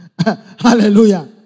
Hallelujah